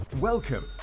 Welcome